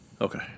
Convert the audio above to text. Okay